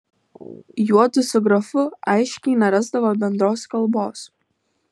juodu su grafu aiškiai nerasdavo bendros kalbos